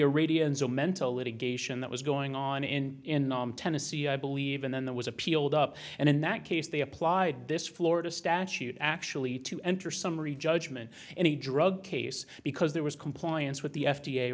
arabians all mental litigation that was going on in tennessee i believe and then there was appealed up and in that case they applied this florida statute actually to enter summary judgment in a drug case because there was compliance with the f